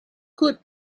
could